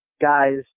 guys